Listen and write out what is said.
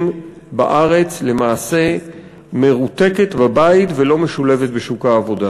בארץ למעשה מרותקת בבית ולא משולבת בשוק העבודה.